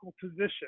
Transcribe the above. position